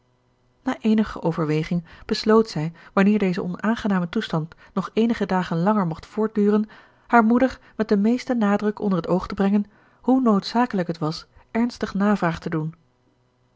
na eenige overweging besloot zij wanneer deze onaangename toestand nog eenige dagen langer mocht voortduren haar moeder met den meesten nadruk onder het oog te brengen hoe noodzakelijk het was ernstig navraag te doen